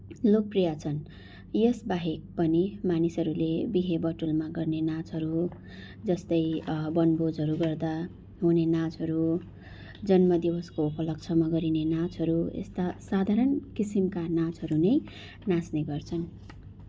लोकप्रिय छन् यसबाहेक पनि मानिसहरूले बिहे बटुलमा गर्ने नाचहरू जस्तै वनभोजहरू गर्दा हुने नाचहरू जन्मदिवसको उपलक्ष्यमा गरिने नाचहरू यस्ता साधारण किसिमका नाचहरू नै नाच्ने गर्छन्